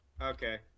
okay